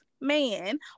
man